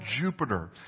Jupiter